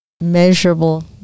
measurable